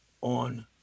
on